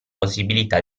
possibilità